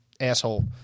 asshole